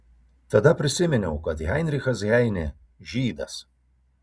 tada prisiminiau kad heinrichas heinė žydas